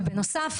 ובנוסף,